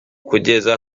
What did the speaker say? kugeza